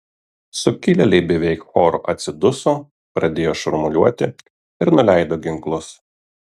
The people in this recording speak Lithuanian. sukilėliai beveik choru atsiduso pradėjo šurmuliuoti ir nuleido ginklus